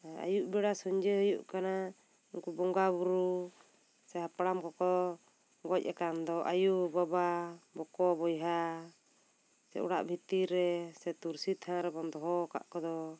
ᱟᱹᱭᱩᱵ ᱵᱮᱲᱟ ᱥᱩᱧᱡᱟᱹ ᱦᱩᱭᱩᱜ ᱠᱟᱱᱟ ᱩᱱᱠᱩ ᱵᱚᱸᱜᱟ ᱵᱩᱨᱩ ᱥᱮ ᱦᱟᱯᱲᱟᱢ ᱠᱚᱠᱚ ᱜᱚᱡ ᱟᱠᱟᱱ ᱫᱚ ᱟᱹᱭᱩᱼᱵᱟᱵᱟ ᱵᱚᱠᱚᱼᱵᱚᱭᱦᱟ ᱥᱮ ᱚᱲᱟᱜ ᱵᱷᱤᱛᱤᱨ ᱨᱮ ᱥᱮ ᱛᱩᱨᱥᱤ ᱛᱷᱟᱱ ᱨᱮᱵᱚᱱ ᱫᱚᱦᱚ ᱠᱟᱫ ᱠᱚᱫᱚ